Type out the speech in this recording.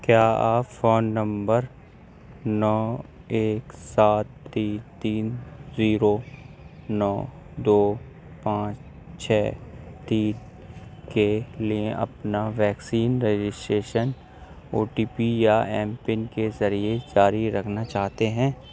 کیا آپ phone number نو ایک سات تین تین زیرو نو دو پانچ چھ تین کے لیے اپنا vaccine registration O T P یا ایم پن کے ذریعے جاری رکھنا چاہتے ہیں